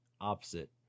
opposite